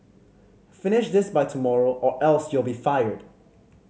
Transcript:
finish this by tomorrow or else you'll be fired